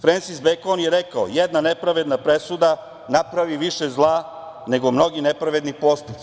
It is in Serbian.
Frensis Bekon je rekao: "Jedna nepravedna presuda napravi više zla nego mnogi nepravedni postupci"